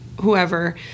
whoever